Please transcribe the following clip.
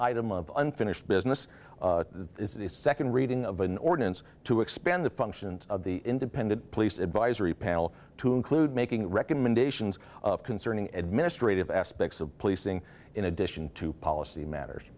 item of unfinished business the second reading of an ordinance to expand the functions of the independent police advisory panel to include making recommendations concerning administrative aspects of policing in addition to policy matters